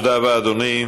תודה רבה, אדוני.